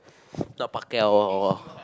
not Pacquiao or